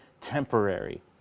temporary